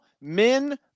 Men